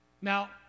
Now